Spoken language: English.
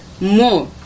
more